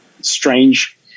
strange